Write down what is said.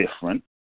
different